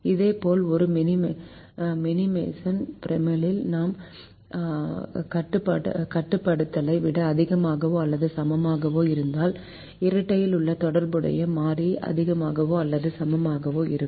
இதேபோல் ஒரு மினிமேசன் ப்ரைமலில் நான் கட்டுப்படுத்தலை விட அதிகமாகவோ அல்லது சமமாகவோ இருந்தால் இரட்டையிலுள்ள தொடர்புடைய மாறி அதிகமாகவோ அல்லது சமமாகவோ இருக்கும்